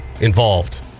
involved